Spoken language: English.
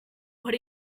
are